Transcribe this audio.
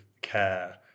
care